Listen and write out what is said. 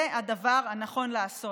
זה הדבר הנכון לעשות.